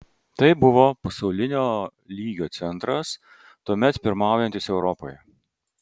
tai buvo pasaulinio lygio centras tuomet pirmaujantis europoje